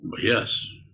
Yes